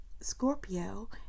Scorpio